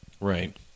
Right